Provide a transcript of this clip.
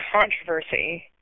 controversy